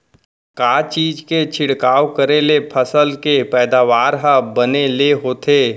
का चीज के छिड़काव करें ले फसल के पैदावार ह बने ले होथे?